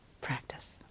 practice